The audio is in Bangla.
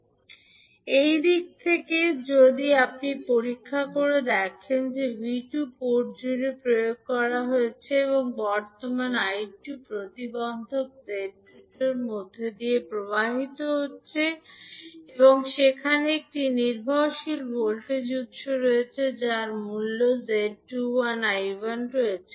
𝐕1 𝐳11𝐈1 𝐳12𝐈2 এই দিক থেকে যদি আপনি পরীক্ষা করে দেখেন যে V2 পোর্ট জুড়ে প্রয়োগ করা হয়েছে বর্তমান I2 প্রতিবন্ধক z 22 এর মধ্য দিয়ে প্রবাহিত হচ্ছে এবং সেখানে একটি নির্ভরশীল ভোল্টেজ উত্স রয়েছে যার মূল্য Z21 I1 রয়েছে